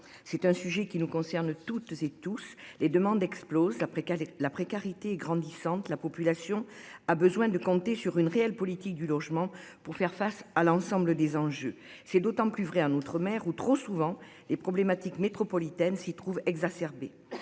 c'est un sujet qui nous concerne toutes et tous les demandes explosent après précarité la précarité grandissante, la population a besoin de compter sur une réelle politique du logement pour faire face à l'ensemble des enjeux. C'est d'autant plus vrai en mer ou trop souvent les problématiques métropolitaines s'il trouve exacerbée.